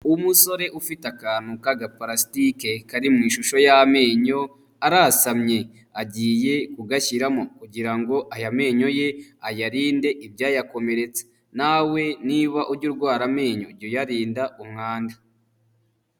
Uumusore ufite akantu k'agapalastike kari mu ishusho y'amenyo arasamye agiye kugashyiramo kugira ngo aya menyo ye ayarinde ibyayakomeretse, nawe niba ujya urwara amenyo jya uyarinda umwanda.